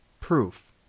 Proof